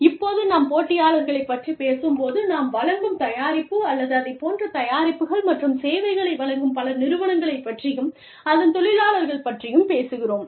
இப்போது நாம் போட்டியாளர்களை பற்றிப் பேசும்போது நாம் வழங்கும் தயாரிப்பு அல்லது அதை போன்ற தயாரிப்புகள் மற்றும் சேவைகளை வழங்கும் பிற நிறுவனங்களைப் பற்றியும் அதன் தொழிலாளர்கள் பற்றியும் பேசுகிறோம்